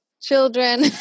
children